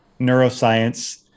neuroscience